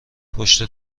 پشت